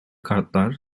kartlar